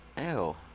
Ew